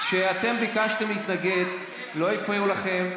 כשאתם ביקשתם להתנגד לא הפריעו לכם,